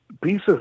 pieces